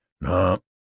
no